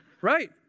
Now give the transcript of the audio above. Right